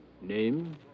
Name